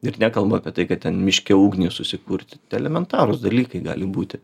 ir nekalbu apie tai kad ten miške ugnį susikurti elementarūs dalykai gali būti